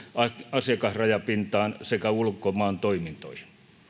asiakasrajapintaan sekä ulkomaan toimintoihin